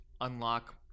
unlock